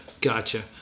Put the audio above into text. gotcha